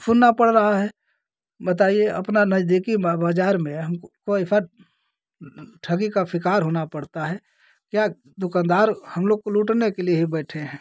सुनना पड़ रहा है बताइए अपने नज़दीकी बाज़ार में हमको ऐसा ठगी का शिकार होना पड़ता है क्या दुकानदार हमलोग को लूटने के लिए ही बैठे हैं